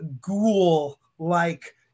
ghoul-like